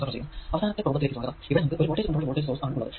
ഇവിടെ നമുക്ക് ഒരു വോൾടേജ് കൺട്രോൾഡ് വോൾടേജ് സോഴ്സ് ആണ് ഉള്ളത്